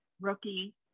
rookie